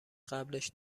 قبلش